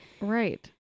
Right